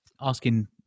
asking